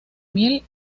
miel